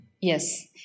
Yes